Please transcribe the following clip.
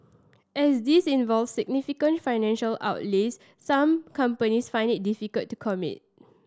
as these involve significant financial outlays some companies find it difficult to commit